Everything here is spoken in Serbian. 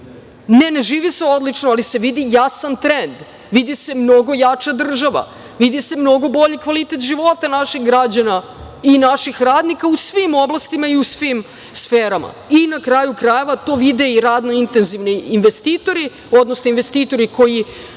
ne živi se odlično, ali se vidi jasan trend. Vidi se mnogo jača država, vidi se mnogo bolji kvalitet života naših građana i naših radnika u svim oblastima i u svim sverama. Na kraju krajeva to vide i radno intenzivni investitori, odnosno investitori koji